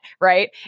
right